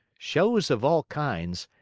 shows of all kinds,